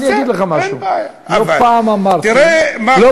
אני אגיד לך משהו: לא פעם אמרתי, אתה